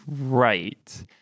right